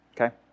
okay